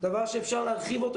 דבר שאפשר להרחיב אותו,